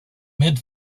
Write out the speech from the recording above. mid